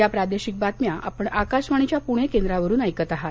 या प्रादेशिक बातम्या आपण आकाशवाणीच्या पुणे केंद्रावरून ऐकत आहात